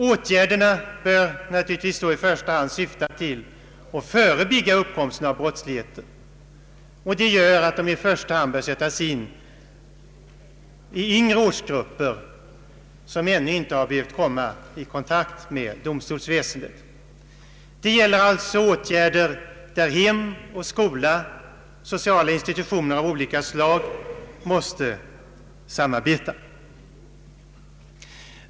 Åtgärderna bör naturligtvis i första hand syfta till att förebygga uppkomsten av brott, och det gör att de bör sättas in hos yngre årsgrupper, som ännu inte har behövt komma i kontakt med domstolsväsendet. Det gäller alltså åtgärder, där hem och skola samt sociala institutioner av olika slag måste samarbeta.